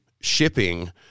shipping